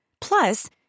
Plus